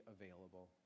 available